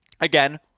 again